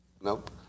Nope